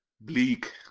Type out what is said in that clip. bleak